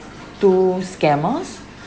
two scammers